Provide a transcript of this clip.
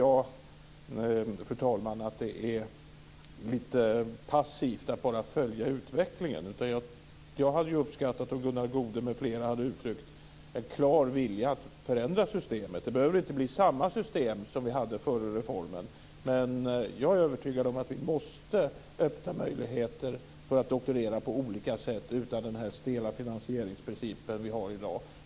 Jag tycker att det är lite passivt att bara följa utvecklingen. Jag hade uppskattat om Gunnar Goude m.fl. hade uttryckt en klar vilja att förändra systemet. Det behöver inte bli samma system som vi hade före reformen. Jag är övertygad om att vi måste öppna möjligheter att doktorera på olika sätt utan den stela finansieringsprincip vi har i dag.